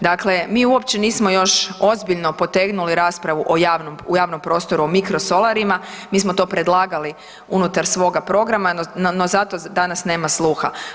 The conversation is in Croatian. Dakle, mi uopće nismo još ozbiljno potegnuli raspravu o javnom, u javnom prostoru o mikrosolarima, mi smo to predlagali unutar svoga programa, no za to danas nema sluha.